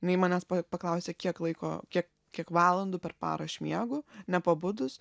jinai manęs paklausė kiek laiko kiek kiek valandų per parą aš miegu nepabudus